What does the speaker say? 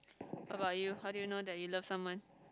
how about you how do you know that you love someone